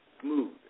smooth